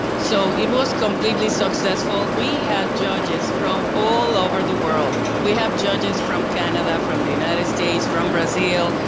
so it was completely successful. we had judges from all over the world, we have judges from canada, from the united states, from brazil,